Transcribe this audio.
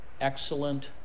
excellent